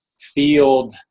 field